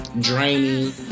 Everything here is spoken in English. draining